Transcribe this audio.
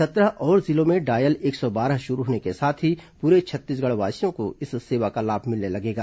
सत्रह और जिलों में डायल एक सौ बारह शुरू होने के साथ ही पूरे छत्तीसगढ़वासियों को इस सेवा का लाभ मिलने लगेगा